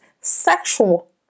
sexual